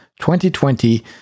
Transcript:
2020